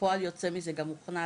שכפועל יוצא מזה תוכנן